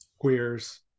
queers